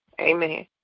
Amen